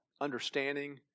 understanding